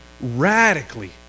radically